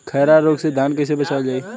खैरा रोग से धान कईसे बचावल जाई?